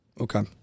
Okay